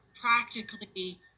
practically